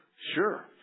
Sure